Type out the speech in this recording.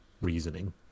reasoning